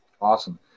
awesome